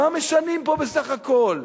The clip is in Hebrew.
מה משנים פה, בסך הכול,